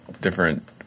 different